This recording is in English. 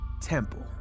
Temple